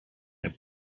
that